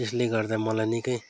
यसले गर्दा मलाई निकै